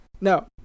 No